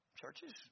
Churches